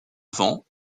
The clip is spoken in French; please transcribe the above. vent